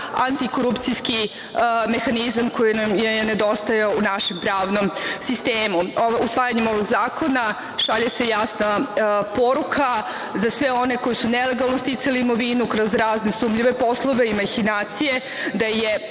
antikorupcijski mehanizam koji nam je nedostajao u našem pravnom sistemu. Usvajanjem ovog zakona šalje se jasna poruka za sve oni koji su nelegalno sticali imovinu kroz razne sumnjive poslove i mahinacije, da je